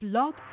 Blog